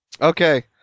Okay